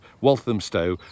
Walthamstow